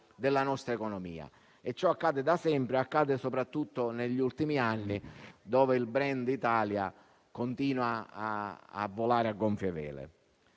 della nostra economia. Ciò accade da sempre, ma soprattutto negli ultimi anni, in cui il *brand* Italia continua ad andare a gonfie vele.